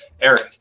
Eric